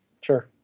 Sure